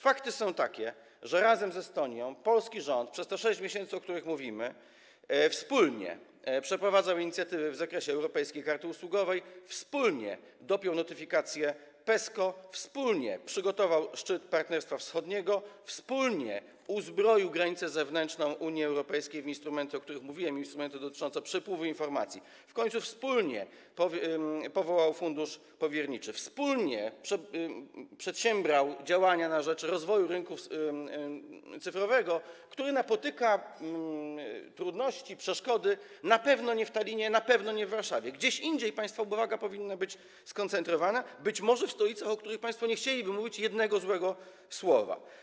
Fakty są takie, że razem z Estonią polski rząd przed te 6 miesięcy, o których mówimy, wspólnie przeprowadzał inicjatywy w zakresie europejskiej karty usługowej, wspólnie dopiął notyfikację PESCO, wspólnie przygotował szczyt Partnerstwa Wschodniego, wspólnie uzbroił granicę zewnętrzną Unii Europejskiej w instrumenty, o których mówiłem, dotyczące przepływu informacji, w końcu wspólnie powołał fundusz powierniczy, wspólnie przedsiębrał działania na rzecz rozwoju rynku cyfrowego, który napotyka trudności, przeszkody na pewno nie w Tallinie, na pewno nie w Warszawie - gdzie indziej państwa uwaga powinna być skoncentrowana - być może w stolicach, o których państwo nie chcieliby powiedzieć jednego złego słowa.